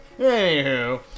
Anywho